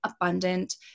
abundant